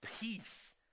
peace